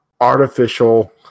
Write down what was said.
artificial